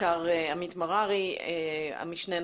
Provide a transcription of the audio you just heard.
הוזכר עמית מררי, המשנה.